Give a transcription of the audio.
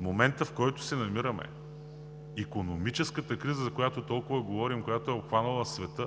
моментът, в който се намираме, икономическата криза, за която толкова говорим, която е обхванала света,